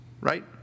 Right